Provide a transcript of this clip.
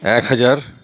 এক হাজার